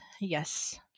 Yes